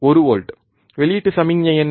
1 volt வெளியீட்டு சமிக்ஞை என்ன